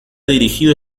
dirigido